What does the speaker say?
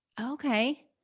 Okay